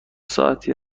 ساعتی